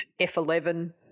F11